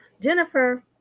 Jennifer